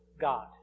God